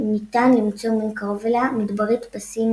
ניתן למצוא מין קרוב אליה, מדברית פסים